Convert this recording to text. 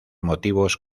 motivos